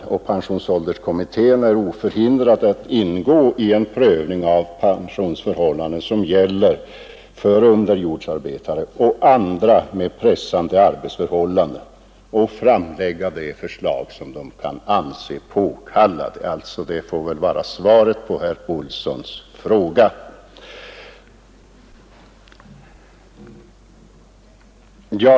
Vidare heter det: ”Pensionsålderskommittén är således oförhindrad att ingå i en prövning av de pensionsförhållanden som gäller för underjordsarbetare och andra med pressande arbetsförhållanden och framlägga de förslag ——— den kan finna påkallade.” Det får väl bli svaret på herr Olssons fråga.